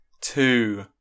two